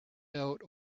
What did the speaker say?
out